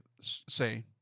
say